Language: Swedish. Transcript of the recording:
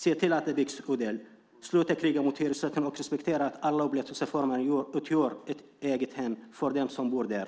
Se till att det byggs, Odell! Sluta kriga mot hyresrätten, och respektera att alla upplåtelseformer utgör ett eget hem för dem som bor där!